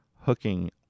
hooking